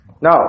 Now